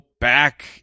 Back